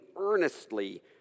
earnestly